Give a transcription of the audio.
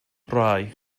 rhai